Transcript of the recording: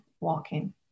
walking